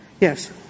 Yes